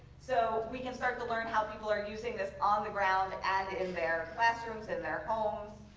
so we can start to learn how people are using this on the ground and in their classrooms, in their homes.